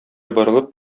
борылып